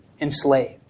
enslaved